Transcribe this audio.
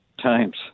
times